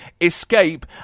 escape